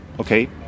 okay